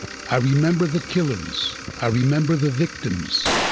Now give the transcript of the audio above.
i remember the killers, i remember the victims,